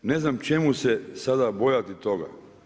Ne znam čemu se sada bojati toga?